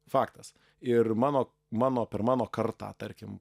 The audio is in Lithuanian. faktas ir mano mano per mano kartą tarkim